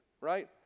Right